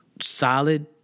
solid